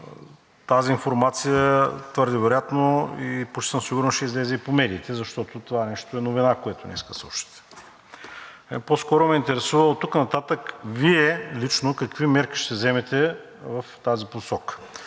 Тази информация твърде вероятно и почти сигурно ще излезе и по медиите, защото това нещо е новина, което днес съобщихте. По-скоро ме интересува оттук нататък Вие лично какви мерки ще вземете в тази посока,